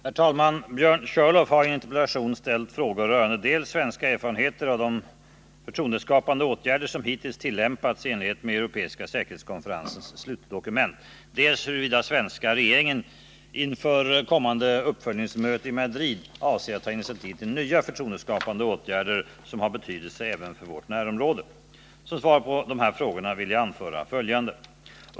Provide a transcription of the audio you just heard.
Herr talman! Björn Körlof har i en interpellation ställt frågor rörande dels svenska erfarenheter av de förtroendeskapande åtgärder som hittills tillämpats i enlighet med Europeiska säkerhetskonferensens slutdokument, dels huruvida svenska regeringen inför kommande uppföljningsmöte i Madrid avser att ta initiativ till nya förtroendeskapande åtgärder som har betydelse även för vårt närområde. Som svar på dessa frågor vill jag anföra följande.